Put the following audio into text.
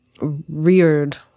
reared